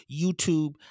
YouTube